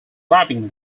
bribing